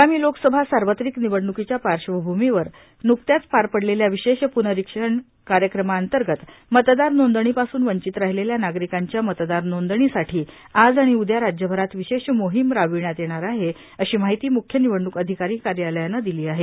आगामी लोकसभा सार्वत्रिक निवडणुकीच्या पार्श्वभूमीवर न्कत्याच पार पडलेल्या विशेष पुनरिक्षण कार्यक्रमांतर्गत मतदार नोंदणीपासून वंचित राहिलेल्या नागरिकांच्या मतदार नोंदणीसाठी आज आणि उद्या राज्यभरात विशेष मोहीम राबविण्यात येणार आहे अशी माहिती म्ख्य निवडणूक अधिकारी कार्यालयाने दिली आहे